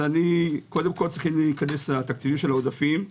צריכים להיכנס התקציבים של העודפים.